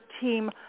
team